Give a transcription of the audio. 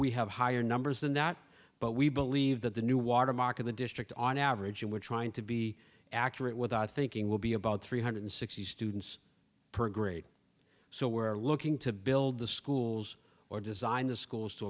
we have higher numbers than that but we believe that the new watermark of the district on average and we're trying to be accurate without thinking will be about three hundred sixty students per grade so were looking to build the schools or designed the schools to